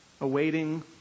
awaiting